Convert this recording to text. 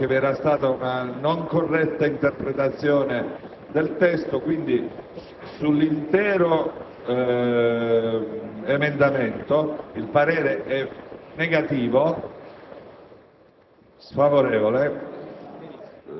Questo parere lo revoco, perché vi è stata una non corretta interpretazione del testo. Quindi, sull'intero emendamento il parere è contrario,